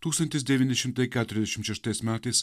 tūkstantis devyni šimtai keturiasdešim šeštais metais